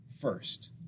first